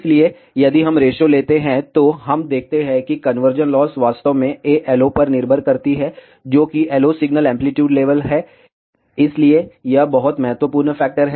इसलिए यदि हम रेशो लेते हैं तो हम देखते हैं कि कन्वर्जन लॉस वास्तव में ALOपर निर्भर करती है जो कि LO सिग्नल एंप्लीट्यूड लेवल है इसलिए यह बहुत महत्वपूर्ण फैक्टर है